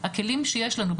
הכלים שיש לנו,